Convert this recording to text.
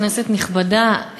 כנסת נכבדה,